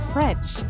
French